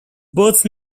birth